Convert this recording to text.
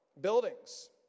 Buildings